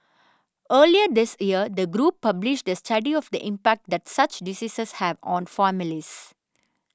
earlier this year the group published a study of the impact that such diseases have on families